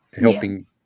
helping